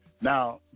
Now